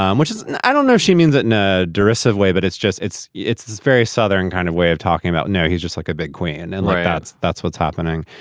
um which is i don't know. she means that. diarists of way. but it's just it's it's very southern kind of way of talking about now. he's just like a big queen. and like that's that's what's happening.